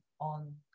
on